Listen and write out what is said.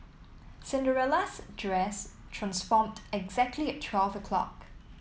Cinderella's dress transformed exactly at twelve o'clock